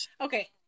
okay